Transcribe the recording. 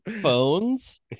Phones